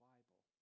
Bible